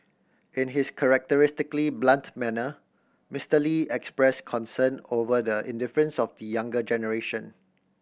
in his characteristically blunt manner Mister Lee expressed concern over the indifference of the younger generation